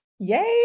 Yay